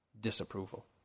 disapproval